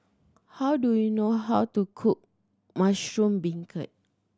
how do you know how to cook mushroom beancurd